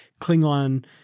Klingon